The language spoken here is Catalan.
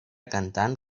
cantant